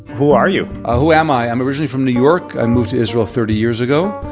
who are you? ah who am i? i'm originally from new york, i moved to israel thirty years ago.